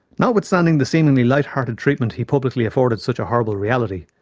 notwithstanding the seemingly light-hearted treatment he publicly afforded such a horrible reality,